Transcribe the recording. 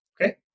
Okay